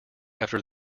after